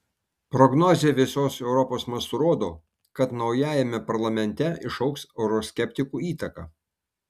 prognozė visos europos mastu rodo kad naujajame parlamente išaugs euroskeptikų įtaka